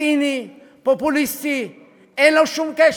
ציני, פופוליסטי, אין לו שום קשר.